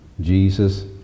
Jesus